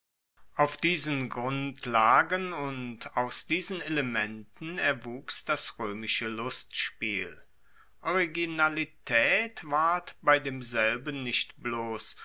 auf diesen grundlagen und aus diesen elementen erwuchs das roemische lustspiel originalitaet ward bei demselben nicht bloss